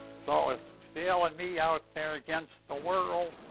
so, it was phil and me out there against the world.